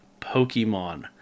pokemon